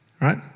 Right